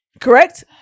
Correct